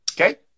Okay